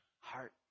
heart